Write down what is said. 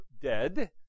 dead